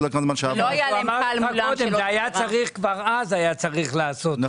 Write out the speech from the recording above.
כבר אז היה צריך לעשות את זה.